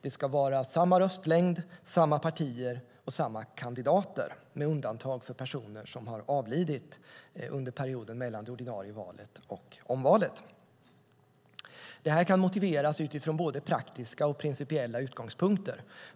Det ska vara samma röstlängd, samma partier och samma kandidater med undantag för personer som har avlidit under perioden mellan det ordinarie valet och omvalet. Det här kan motiveras utifrån både praktiska och principiella utgångspunkter.